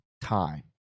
Time